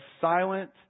silent